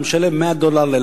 זה חוזה כובל,